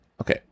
Okay